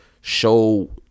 show